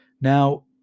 Now